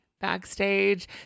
backstage